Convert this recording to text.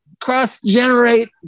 cross-generate